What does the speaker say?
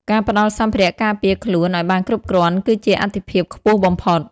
ការផ្តល់សម្ភារៈការពារខ្លួនឲ្យបានគ្រប់គ្រាន់គឺជាអាទិភាពខ្ពស់បំផុត។